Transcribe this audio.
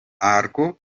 arko